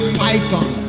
python